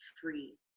free